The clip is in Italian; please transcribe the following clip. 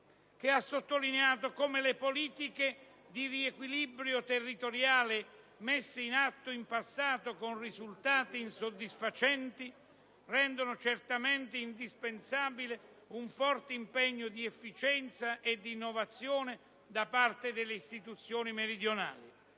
quale ha sottolineato che le politiche di riequilibrio territoriale, messe in atto in passato con risultati insoddisfacenti, rendono certamente indispensabile un forte impegno di efficienza e di innovazione da parte delle istituzioni meridionali.